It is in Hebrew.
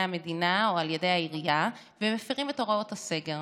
המדינה או על ידי העירייה ומפירים את הוראות הסגר?